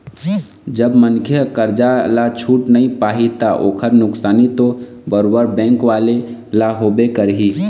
जब मनखे ह करजा ल छूट नइ पाही ता ओखर नुकसानी तो बरोबर बेंक वाले ल होबे करही